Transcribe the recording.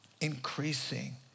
increasing